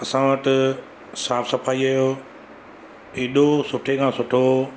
असां वटि साफ़ सफ़ाईअ जो एॾो सुठे खां सुठो